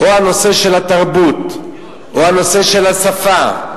או הנושא של התרבות, או הנושא של השפה,